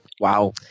Wow